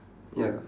ya